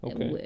Okay